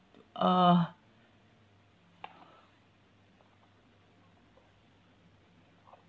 uh